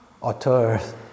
authors